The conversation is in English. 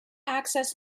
access